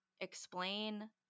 explain